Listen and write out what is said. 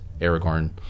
Aragorn